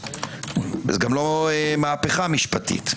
זו גם לא מהפכה משפטית.